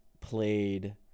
played